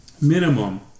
minimum